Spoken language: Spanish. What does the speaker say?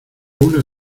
una